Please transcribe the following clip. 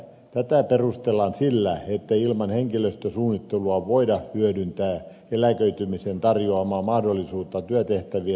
tätä perustellaan sillä ettei ilman henkilöstösuunnittelua voida hyödyntää eläköitymisen tarjoamaa mahdollisuutta työtehtävien uudelleenjärjestelyyn